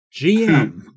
GM